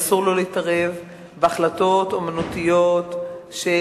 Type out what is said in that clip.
אסור לו להתערב בהחלטות אמנותיות של